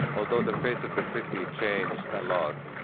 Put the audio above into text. although the face of the city changed a lot,